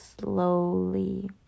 slowly